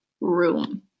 room